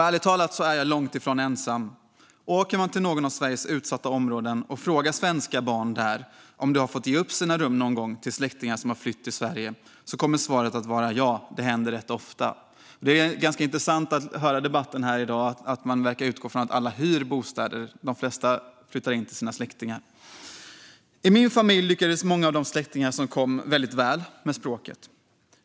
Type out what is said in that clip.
Ärligt talat är jag långt ifrån ensam. Åker man till någon av Sveriges utsatta områden och frågar svenska barn där om de har fått lämna ifrån sig sina rum någon gång till släktingar som har flytt till Sverige kommer svaret att vara: Ja, det händer rätt ofta. Det är ganska intressant att man i debatten verkar utgå från att alla hyr bostäder, när de flesta flyttar in till sina släktingar. I min familj lyckades många av de släktingar som kom väldigt väl med språket.